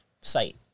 site